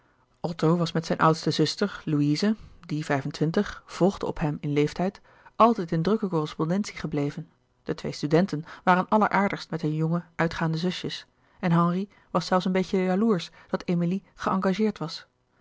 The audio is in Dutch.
otto was met zijne oudste zuster louise die vijf-en-twintig volgde op hem in leeftijd altijd in drukke correslouis couperus de boeken der kleine zielen pondentie gebleven de twee studenten waren alleraardigst met hunne jonge uitgaande zusjes en henri was zelfs een beetje jaloersch dat emilie geëngageerd was